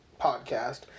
podcast